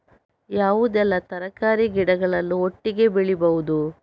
ಯಾವುದೆಲ್ಲ ತರಕಾರಿ ಗಿಡಗಳನ್ನು ಒಟ್ಟಿಗೆ ಬೆಳಿಬಹುದು?